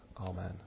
Amen